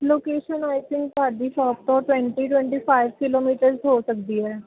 location I think ਤੁਹਾਡੀ shop ਤੋਂ twenty twenty five kilometre ਹੋ ਸਕਦੀ ਹੈ